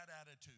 attitude